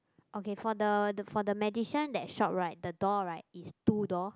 okay for the the for the magician that shot right the door right is two door